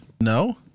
No